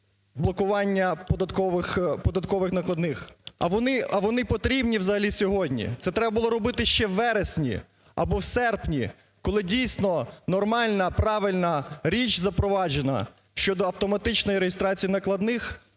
блокування податкових накладних. А вони … А вони потрібні взагалі сьогодні? Це треба було робити ще у вересні або в серпні, коли, дійсно, нормальна, правильна річ запроваджена щодо автоматичної реєстрації накладних,